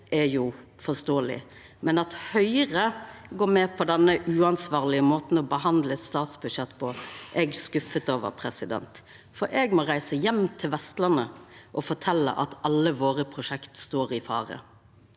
er jo forståeleg. Men at Høgre går med på denne uansvarlege måten å behandla eit statsbudsjett på, er eg skuffa over. For eg må reisa heim til Vestlandet og fortelja at alle våre prosjekt står i fare.